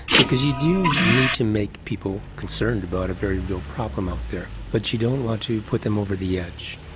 because you do need to make people concerned about a very real problem out there. but you don't want to put them over the edge,